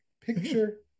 picture